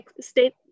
state